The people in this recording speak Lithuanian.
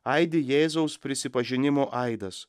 aidi jėzaus prisipažinimo aidas